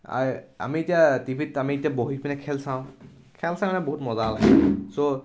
আমি এতিয়া টিভিত আমি এতিয়া বহি পিনে খেল চাওঁ খেল চাই মানে বহুত মজা লাগে চ'